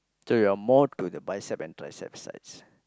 so you are more to the bicep and triceps sides